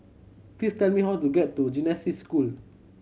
please tell me how to get to Genesis School